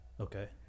Okay